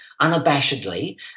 unabashedly